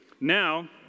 Now